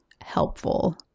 helpful